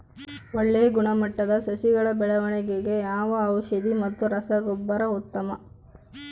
ಒಳ್ಳೆ ಗುಣಮಟ್ಟದ ಸಸಿಗಳ ಬೆಳವಣೆಗೆಗೆ ಯಾವ ಔಷಧಿ ಮತ್ತು ರಸಗೊಬ್ಬರ ಉತ್ತಮ?